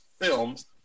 films